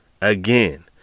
Again